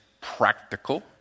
practical